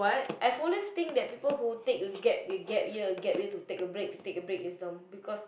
I've always think that people who take a gap year a gap year to take a break to take a break is dumb because